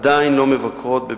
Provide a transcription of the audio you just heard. עדיין לא מבקרות בבית-הספר.